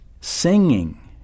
singing